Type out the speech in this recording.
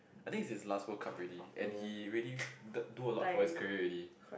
I think it's his last World Cup already and he already d~ do a lot for his career already